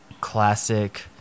classic